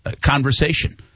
conversation